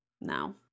No